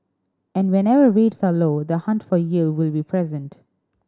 and whenever rates are low the hunt for yield will be present